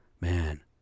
man